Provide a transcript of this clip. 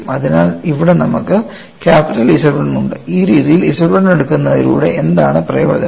അതിനാൽ ഇവിടെ നമുക്ക് ക്യാപിറ്റൽ Z 1 ഉണ്ട് ഈ രീതിയിൽ Z 1 എടുക്കുന്നതിലൂടെ എന്താണ് പ്രയോജനം